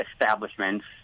establishments